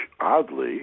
oddly